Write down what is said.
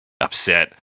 upset